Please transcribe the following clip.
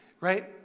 right